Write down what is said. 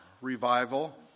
revival